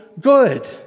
good